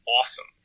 awesome